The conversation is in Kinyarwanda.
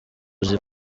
uzi